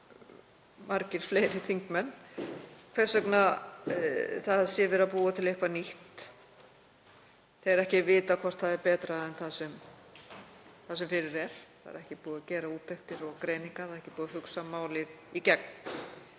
margir fleiri þingmenn, hvers vegna verið sé að búa til eitthvað nýtt þegar ekki er vitað hvort það er betra en það sem fyrir er. Hér er ekki búið að gera úttektir og greiningar og ekki búið að hugsa málið í gegn.